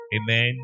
Amen